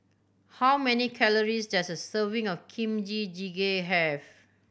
how many calories does a serving of Kimchi Jjigae have